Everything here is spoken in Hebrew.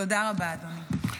תודה רבה, אדוני.